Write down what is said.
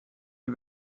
die